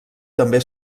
també